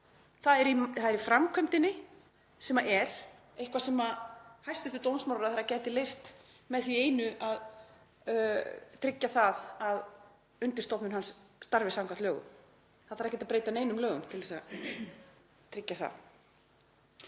Það er í framkvæmdinni sem er eitthvað sem hæstv. dómsmálaráðherra gæti leyst með því einu að tryggja að undirstofnun hans starfi samkvæmt lögum. Það þarf ekkert að breyta neinum lögum til þess að tryggja það.